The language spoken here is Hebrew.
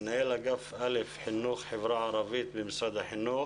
מנהל אגף א' חינוך חברה ערבית במשרד החינוך.